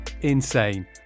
insane